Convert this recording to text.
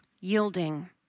Yielding